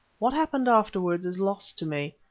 what happened afterwards is lost to me,